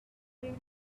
soon